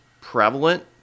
prevalent